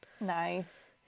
Nice